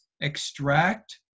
extract